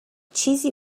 چیزی